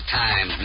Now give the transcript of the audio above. time